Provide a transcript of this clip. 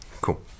Cool